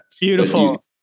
Beautiful